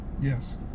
Yes